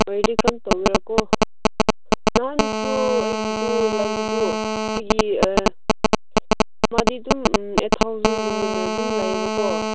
ꯑꯣꯏꯔꯗꯤ ꯀꯔꯝ ꯇꯧꯒꯦꯔꯀꯣ ꯅꯍꯥꯟꯁꯨ ꯑꯩꯒꯤꯗꯨ ꯂꯩꯕꯗꯨ ꯑꯩꯒꯤ ꯃꯥꯗꯤ ꯑꯗꯨꯝ ꯑꯩꯠ ꯊꯥꯎꯖꯟꯒꯨꯝꯕꯗ ꯑꯗꯨꯝ ꯂꯩꯌꯦꯕꯀꯣ